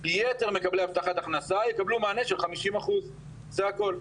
יתר מקבלי הבטחת הכנסה יקבלו מענה של 50%. זה הכל,